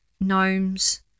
gnomes